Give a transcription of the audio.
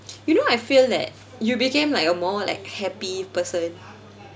you know I feel that you became like a more like happy person